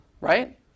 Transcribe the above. right